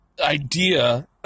idea